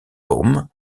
gravement